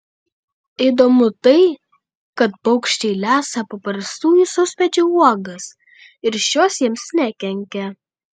įdomu tai kad paukščiai lesa paprastųjų sausmedžių uogas ir šios jiems nekenkia